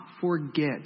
forget